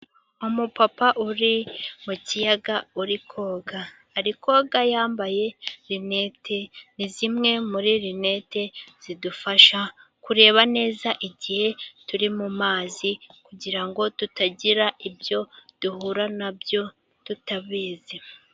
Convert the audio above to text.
Umupapa uri mu kiyaga uri koga, ari koga yambaye linete ni zimwe muri linete zidufasha kureba neza igihe turi mu mazi ,kugira ngo tutagira ibyo duhura na byo tutabizi.